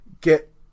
get